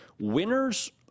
winners